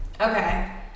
Okay